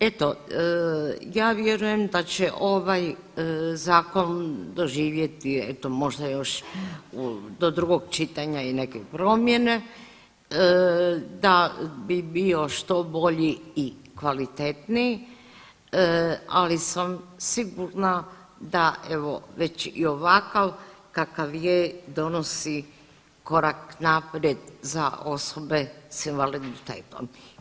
Eto ja vjerujem da će ovaj zakon doživjeti eto možda još do drugog čitanja i neke promjene, da bi bio što bolji i kvalitetniji, ali sam sigurna da evo već i ovakav kakav je donosi korak naprijed za osobe s invaliditetom.